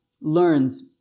learns